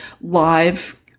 live